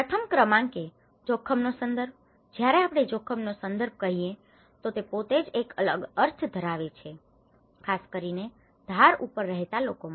પ્રથમ ક્રમાંકે જોખમ નો સંદર્ભ જયારે આપણે જોખમનો સંદર્ભ કહીએ તો તે પોતે જ એક અલગ અર્થ ધરાવે છે ખાસકરીને ધાર ઉપર રહેતા લોકો માટે